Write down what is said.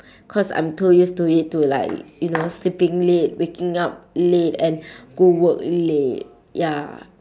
cause I'm too used to it to like you know sleeping late waking up late and go work late ya